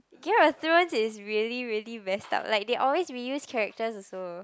Game-of-Thrones is really really messed up like they always reuse characters also